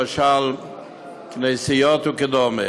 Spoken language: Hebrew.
כנסיות וכדומה.